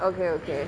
okay okay